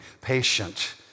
patient